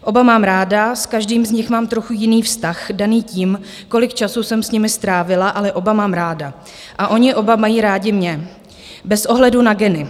Oba mám ráda, s každým z nich mám trochu jiný vztah, daný tím, kolik času jsem s nimi strávila, ale oba mám ráda a oni oba mají rádi mě bez ohledu na geny.